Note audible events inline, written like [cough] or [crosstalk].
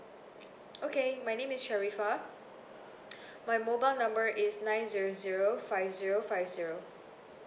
okay my name is shahrifah [noise] my mobile number is nine zero zero five zero five zero